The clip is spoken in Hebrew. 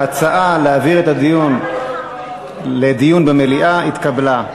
ההצעה להעביר את הנושא לדיון במליאה התקבלה.